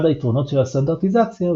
אחד היתרונות של הסטנדרטיזציה,